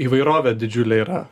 įvairovė didžiulė yra